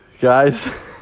guys